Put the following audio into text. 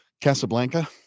Casablanca